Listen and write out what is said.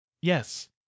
Yes